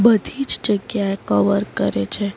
બધી જ જગ્યા કવર કરે છે